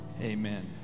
Amen